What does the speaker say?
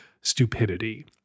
stupidity